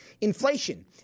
inflation